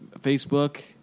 facebook